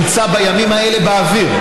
שנמצא בימים האלה באוויר,